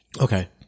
Okay